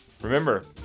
Remember